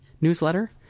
newsletter